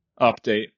update